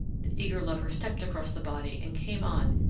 the eager lover stepped across the body and came on,